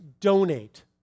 donate